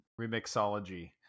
remixology